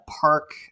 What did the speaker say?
park